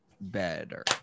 better